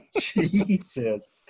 Jesus